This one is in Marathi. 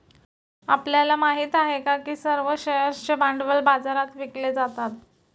आपल्याला माहित आहे का की सर्व शेअर्सचे भांडवल बाजारात विकले जातात?